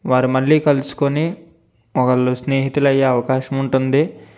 వారు మళ్ళీ కలుసుకొని ఒకళ్ళు స్నేహితులు అయ్యే అవకాశం ఉంటుంది